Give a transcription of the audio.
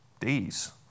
days